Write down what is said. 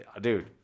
Dude